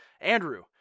Andrew